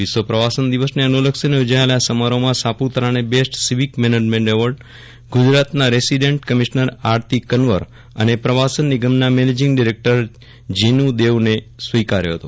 વિશ્વ પ્રવાસન દિવસને અનુલશ્નીને યોજાયેલા આ સમારોહમાં સાપુતારાને બેસ્ટ સિવિક મેનેજમેન્ટ એવોર્ડ ગુજરાતના રેસીડેન્ટ ક્રમિશનર આરતી કન્વર અને પ્રવાસન નિગમના મેન્જીંગ ડીરેકટર જેનું દેવને સ્વીકાર્યો હતો